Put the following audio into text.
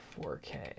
4K